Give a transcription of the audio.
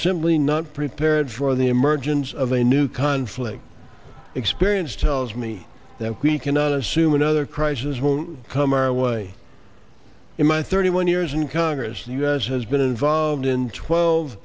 simply not prepared for the emergence of a new conflict experience tells me that we cannot assume another crisis won't come our way in my thirty one years in congress the us has been involved in twelve